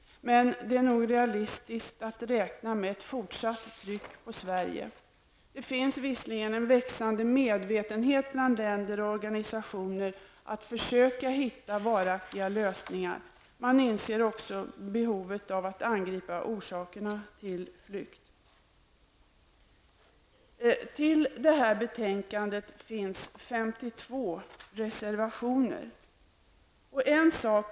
Men det är nog realistiskt att räkna med ett fortsatt tryck på Sverige. Det finns visserligen en växande medvetenhet bland länder och organisationer och en vilja att försöka hitta varaktiga lösningar. Man inser också behovet av att angripa orsakerna till flykt. Det finns 52 reservationer till betänkandet.